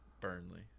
Burnley